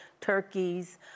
turkeys